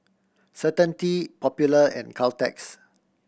Certainty Popular and Caltex